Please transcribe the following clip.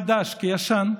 חדש כישן,